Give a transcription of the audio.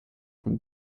from